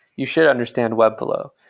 you should understand webflow.